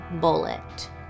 bullet